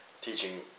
teaching